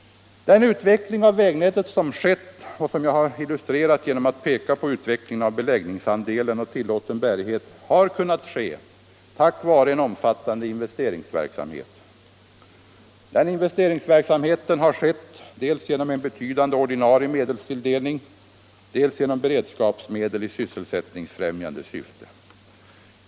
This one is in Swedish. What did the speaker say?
Den utveckling av vägnätet som skett, och som jag har illustrerat genom att peka på utvecklingen av beläggningsandelen och tillåtna bärigheten, har kunnat ske tack vare en omfattande investeringsverksamhet. Denna investeringsverksamhet har möjliggjorts, dels genom en betydande ordinarie medelstilldelning, dels genom beredskapsmedel i sysselsättningsfrämjande syfte.